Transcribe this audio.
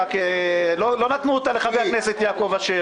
לא נתנו אותה לחבר הכנסת יעקב אשר,